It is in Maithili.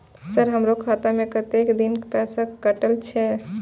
सर हमारो खाता में कतेक दिन पैसा कटल छे?